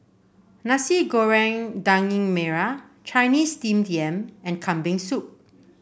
Nasi Goreng Daging Merah Chinese Steamed Yam and Kambing Soup